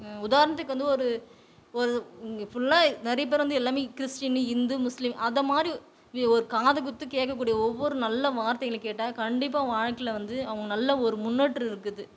உதாரணத்துக்கு வந்து ஒரு ஒரு ஃபுல்லாக நிறைய பேர் வந்து எல்லாம் கிறிஸ்டினு இந்து முஸ்லீம் அது மாதிரி ஒரு காது குடுத்துக் கேட்கக்கூடிய ஒவ்வொரு நல்ல வார்த்தைகளை கேட்டால் கண்டிப்பாக வாழ்க்கையில் வந்து அவங்க நல்ல ஒரு முன்னேற்றம் இருக்குது